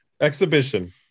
exhibition